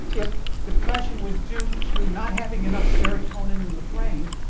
if depression was due to not having enough serotonin in the brain,